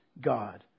God